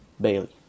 Bailey